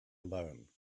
alone